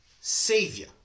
Savior